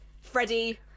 freddie